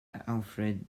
alfred